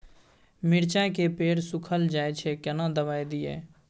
मिर्चाय के पेड़ सुखल जाय छै केना दवाई दियै?